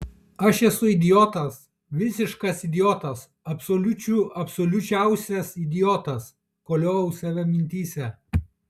aš esu idiotas visiškas idiotas absoliučių absoliučiausias idiotas koliojau save mintyse